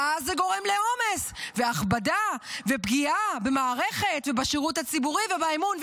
ואז זה גורם לעומס והכבדה ופגיעה במערכת ובשירות הציבורי ובאמון.